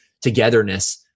togetherness